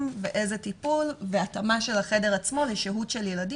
ואיזה טיפול והתאמה של החדר עצמו לשהות של ילדים,